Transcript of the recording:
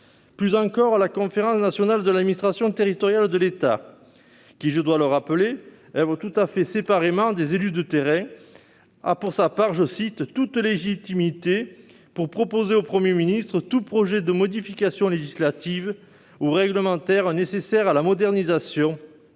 Plus encore, la conférence nationale de l'administration territoriale de l'État, qui, je dois le rappeler, oeuvre tout à fait séparément des élus de terrain, a pour sa part toute légitimité pour « proposer au Premier ministre tout projet de modification législative ou réglementaire nécessaire à la modernisation et